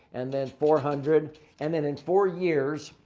and then four hundred and then in four years,